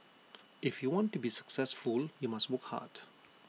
if you want to be successful you must work hard